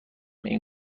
این